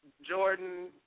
Jordan